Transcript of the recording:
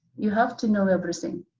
you have to know everything,